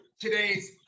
today's